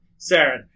Saren